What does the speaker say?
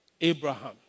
Abraham